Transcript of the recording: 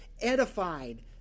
edified